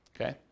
okay